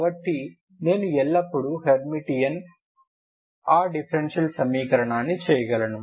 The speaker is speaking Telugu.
కాబట్టి నేను ఎల్లప్పుడూ హెర్మిటియన్కు ఆ డిఫరెన్షియల్ సమీకరణాన్ని చేయగలను